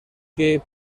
que